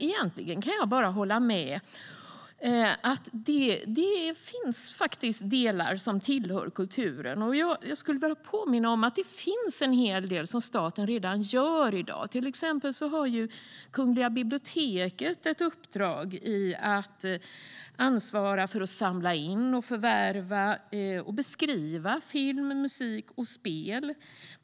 Egentligen kan jag bara hålla med om att det finns delar som tillhör kulturen. Jag skulle vilja påminna om att det finns en hel del som staten redan gör i dag. Till exempel har Kungliga biblioteket ett uppdrag att ansvara för att samla in, förvärva och beskriva film, musik och spel.